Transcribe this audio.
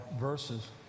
verses